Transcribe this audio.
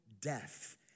death